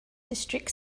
district